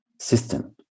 system